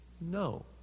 No